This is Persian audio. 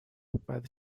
بعد